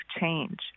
change